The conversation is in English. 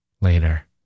later